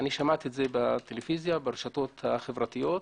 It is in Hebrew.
שמעתי את זה בטלוויזיה, ברשתות החברתיות,